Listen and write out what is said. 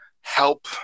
help